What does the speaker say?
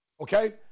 Okay